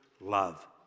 love